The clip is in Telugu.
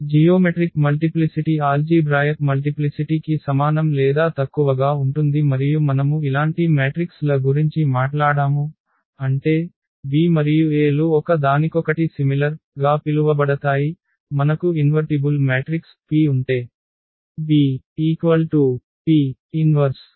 జియోమెట్రిక్ మల్టిప్లిసిటి ఆల్జీభ్రాయక్ మల్టిప్లిసిటి కి సమానం లేదా తక్కువగా ఉంటుంది మరియు మనము ఇలాంటి మ్యాట్రిక్స్ ల గురించి మాట్లాడాము అంటే B మరియు A లు ఒకదానికొకటి సిమిలర్ గా పిలువబడతాయి మనకు ఇన్వర్టిబుల్ మ్యాట్రిక్స్ P ఉంటే B P 1AP